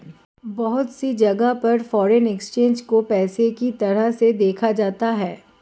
बहुत सी जगह पर फ़ोरेन एक्सचेंज को पेशे के तरह देखा जाता है